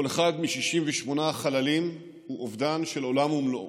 כל אחד מ-68 החללים הוא אובדן של עולם ומלואו.